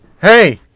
hey